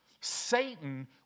Satan